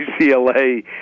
UCLA